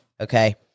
Okay